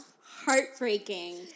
heartbreaking